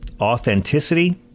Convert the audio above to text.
authenticity